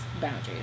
boundaries